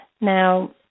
Now